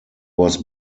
was